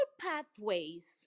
pathways